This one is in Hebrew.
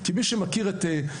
כי מי שמכיר יודע ששם